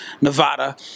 Nevada